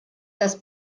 das